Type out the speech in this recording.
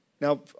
Now